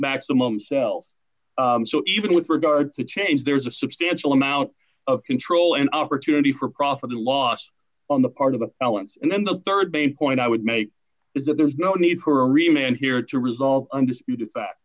maximum self so even with regard to change there's a substantial amount of control and opportunity for profit and loss on the part of the balance and then the rd main point i would make is that there's no need for email and here to resolve undisputed fact